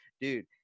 Dude